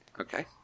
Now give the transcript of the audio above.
Okay